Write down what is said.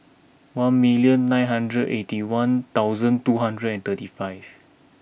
one million nine hundred eighty one thousand two hundred and thirty five